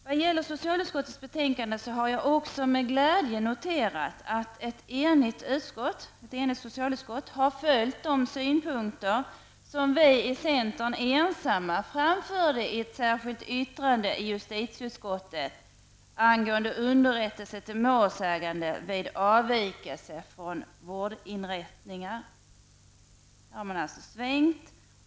Vad gäller socialutskottets betänkande har jag också med glädje noterat att ett enigt socialutskott har följt de synpunkter som vi i centern ensamma framförde i ett särskilt yttrande i justitieutskottet angående underrättelse till målsägande vid avvikelse från vårdinrättning. Där har man alltså svängt.